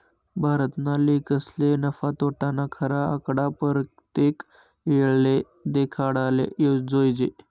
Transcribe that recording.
भारतना लेखकसले नफा, तोटाना खरा आकडा परतेक येळले देखाडाले जोयजे